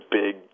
big